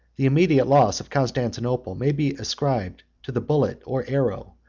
the immediate loss of constantinople may be ascribed to the bullet, or arrow,